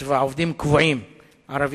אחוזים לעומת